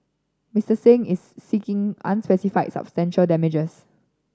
Mister Singh is seeking unspecified substantial damages